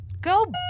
go